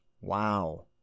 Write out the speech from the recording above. Wow